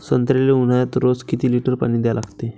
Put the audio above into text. संत्र्याले ऊन्हाळ्यात रोज किती लीटर पानी द्या लागते?